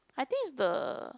I think is the